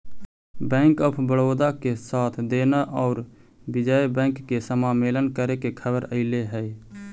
bank of Baroda के साथ देना औउर विजय बैंक के समामेलन करे के खबर अले हई